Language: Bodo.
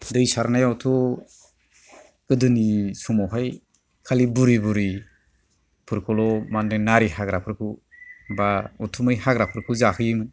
दै सारनायावथ' गोदोनि समावहाय खालि बुरि बुरिफोरखौल' मानदे नारि हाग्राफोरखौ बा उथुमाय हाग्राफोरखौ जाहोयोमोन